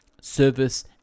service